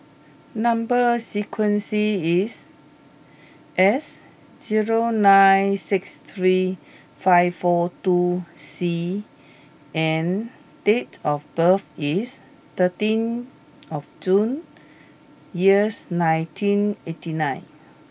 number sequence is S zero nine six three five four two C and date of birth is thirteen of June years nineteen eighty nine